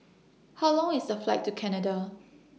How Long IS The Flight to Canada